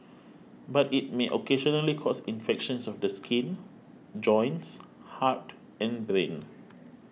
but it may occasionally cause infections of the skin joints heart and brain